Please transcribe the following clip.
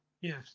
Yes